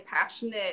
passionate